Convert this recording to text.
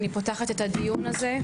אני פותחת את הדיון הזה,